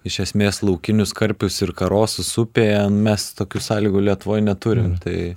iš esmės laukinius karpius ir karosus upėje mes tokių sąlygų lietuvoj neturim tai